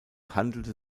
handelte